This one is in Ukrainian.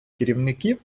керівників